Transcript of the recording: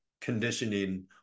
conditioning